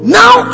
now